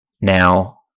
Now